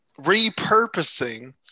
repurposing